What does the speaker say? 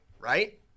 right